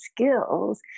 skills